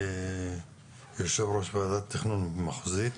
יושב-ראש ועדת תכנון מחוזית,